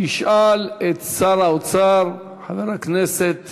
תשאל את שר האוצר חבר הכנסת